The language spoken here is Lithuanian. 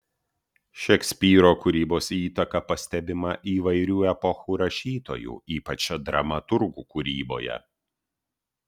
šekspyro kūrybos įtaka pastebima įvairių epochų rašytojų ypač dramaturgų kūryboje